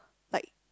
like